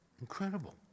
incredible